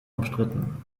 umstritten